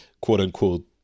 quote-unquote